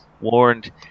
warned